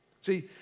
See